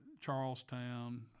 Charlestown